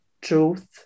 truth